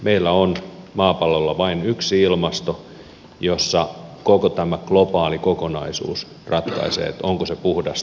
meillä on maapallolla vain yksi ilmasto jossa koko tämä globaali kokonaisuus ratkaisee onko se puhdasta vai ei